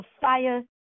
fire